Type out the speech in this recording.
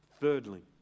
thirdly